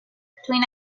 between